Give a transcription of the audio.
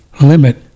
limit